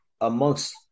amongst